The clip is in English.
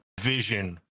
vision